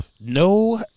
No